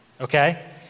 okay